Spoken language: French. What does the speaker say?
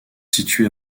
situé